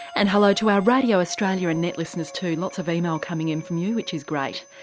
and hello to our radio australia and net listeners too, lots of email coming in from you which is great.